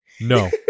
no